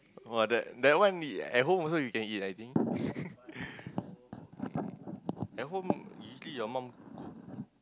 !wah! that that one at home also you can eat I think at home usually your mom